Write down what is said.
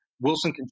Wilson